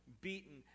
beaten